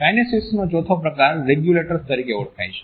કાઈનેસીક્સનો ચોથો પ્રકાર રેગ્યુલેટર તરીકે ઓળખાય છે